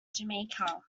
jamaica